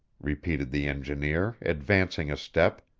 repeated the engineer, advancing a step.